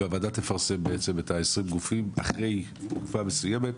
הוועדה תפרסם את שמות 20 הגופים אחרי תקופה מסוימת